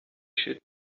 should